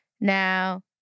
Now